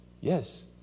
Yes